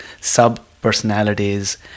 sub-personalities